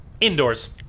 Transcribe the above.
Indoors